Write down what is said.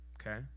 Okay